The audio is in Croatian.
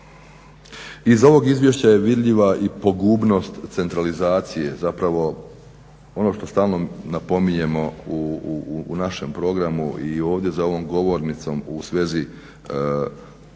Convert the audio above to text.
Iz ovog izvješća je vidljiva i pogubnost centralizacije, zapravo ono što stalno napominjemo u našem programu i ovdje za ovom govornicom u svezi statističke,